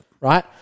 Right